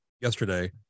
yesterday